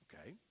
Okay